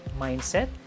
mindset